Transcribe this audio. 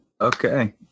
Okay